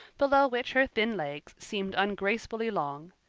below which her thin legs seemed ungracefully long.